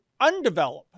undevelop